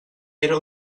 era